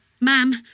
Ma'am